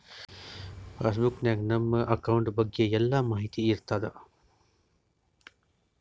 pass book ನಾಗ್ ನಮ್ account ಬಗ್ಗೆ ಎಲ್ಲಾ ಮಾಹಿತಿ ಇರ್ತಾದ